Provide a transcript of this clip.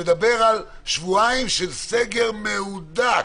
שמדבר על שבועיים של סגר מהודק.